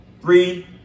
three